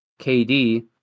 KD